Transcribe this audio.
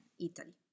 Italy